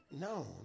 No